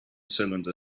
cylinder